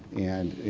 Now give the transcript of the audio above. and you